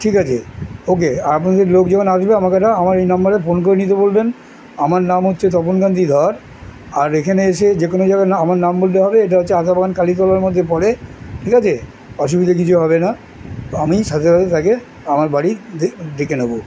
ঠিক আছে ওকে আর আপনাদের লোকজন আসবে আমাকে এটা আমার এই নাম্বারে ফোন করে নিতে বলবেন আমার নাম হচ্ছে তপনকান্তী ধর আর এখানে এসে যে কোনো জায়গায় আমার নাম বলতে হবে এটা হচ্ছে আধাবান কালীতলার মধ্যে পড়ে ঠিক আছে অসুবিধে কিছু হবে না আমি সাথে সাথে তাকে আমার বাড়ি ডেকে নেবো